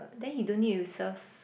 then he don't need to serve